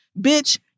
bitch